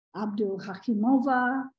Abdul-Hakimova